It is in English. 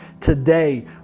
today